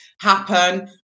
happen